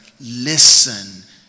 listen